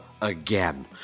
again